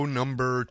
number